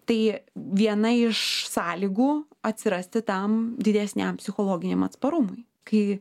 tai viena iš sąlygų atsirasti tam didesniam psichologiniam atsparumui kai